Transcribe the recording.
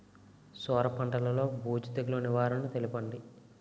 సొర పంటలో బూజు తెగులు నివారణ తెలపండి?